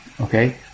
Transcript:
Okay